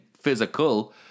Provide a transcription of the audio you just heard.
physical